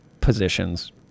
positions